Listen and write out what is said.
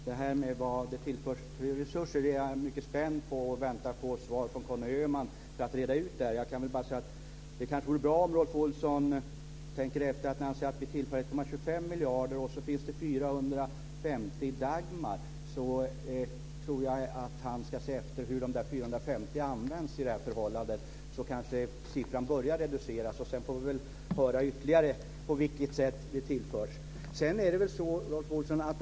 Fru talman! Vilka resurser som tillförs är jag mycket spänd på och väntar svar från Conny Öhman som kan reda ut det. Jag kan bara säga att det kanske vore bra om Rolf Olsson tänkte efter när han säger att det tillförs 1,25 miljarder och att det dessutom finns 450 miljoner i Dagmarpengar. Jag tror att han ska se efter hur de 450 miljonerna används i det här förhållandet. Då kanske siffran börjar reduceras. Sedan får vi väl höra ytterligare på vilket sätt de tillförs.